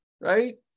right